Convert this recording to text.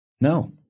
No